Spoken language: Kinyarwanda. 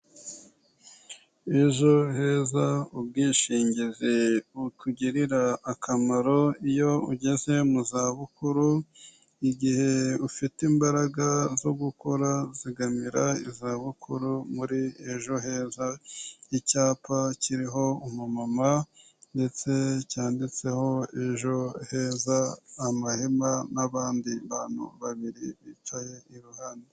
Ejo heza ubwishingizi bukugirira akamaro iyo ugeze mu za bukuru, igihe ufite imbaraga zo gukora zigamira izabukuru muri ejo heza. Icyapa kiriho umumama ndetse cyanditseho ejo heza, amahema n'abandi bantu babiri bicaye iruhande.